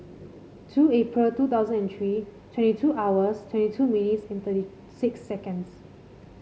two April two thousand and three twenty two hours twenty two minutes and thirty six seconds